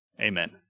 Amen